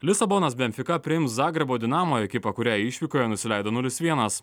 lisabonos benfika priims zagrebo dinamo ekipą kuriai išvykoje nusileido nulis vienas